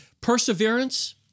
Perseverance